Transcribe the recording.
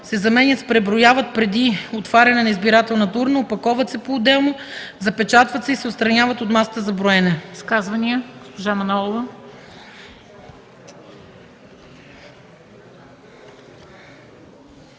се заменят с „преброяват преди отваряне на избирателната урна, опаковат се поотделно, запечатват се и се отстраняват от масата за броене”.”